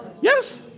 yes